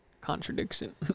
Contradiction